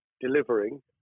delivering